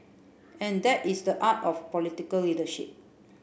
and that is the art of political leadership